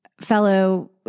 fellow